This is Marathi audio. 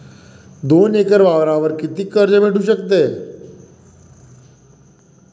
दोन एकर वावरावर कितीक कर्ज भेटू शकते?